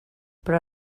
però